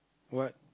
what